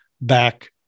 back